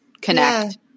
connect